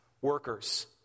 workers